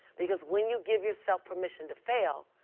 because when you give yourself permission to fail,